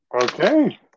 Okay